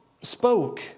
spoke